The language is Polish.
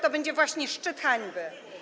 to będzie właśnie szczyt hańby.